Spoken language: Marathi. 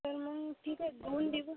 तर मग ठीक आहे दोन दिवस